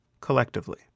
collectively